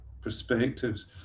perspectives